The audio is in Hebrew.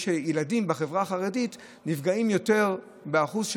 ילדים בחברה החרדית באחוזים נפגעים יותר משאר